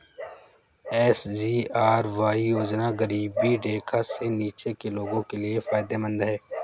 SGRY योजना गरीबी रेखा से नीचे के लोगों के लिए फायदेमंद है